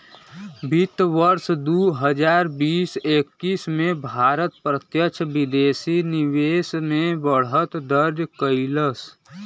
वित्त वर्ष दू हजार बीस एक्कीस में भारत प्रत्यक्ष विदेशी निवेश में बढ़त दर्ज कइलस